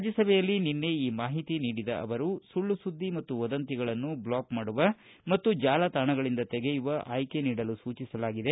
ರಾಜ್ಯಸಭೆಯಲ್ಲಿ ನಿನ್ನೆ ಈ ಮಾಹಿತಿ ನೀಡಿದ ಅವರು ಸುಳ್ಳು ಸುದ್ದಿ ಮತ್ತು ವದಂತಿಗಳನ್ನು ಬ್ಲಾಕ್ ಮಾಡುವ ಮತ್ತು ಜಾಲತಾಣಗಳಿಂದ ತೆಗೆಯುವ ಆಯ್ಕೆ ನೀಡಲು ಸೂಚಿಸಲಾಗಿದೆ